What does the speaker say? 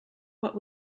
what